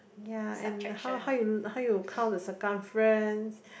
ya and how how you how you count the circumference